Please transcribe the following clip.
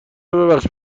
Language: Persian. ببخش